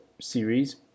series